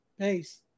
Peace